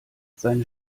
seine